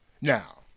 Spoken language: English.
Now